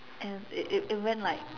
and it it went like